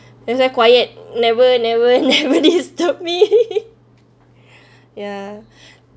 that's a quiet never never never disturb me ya